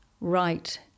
right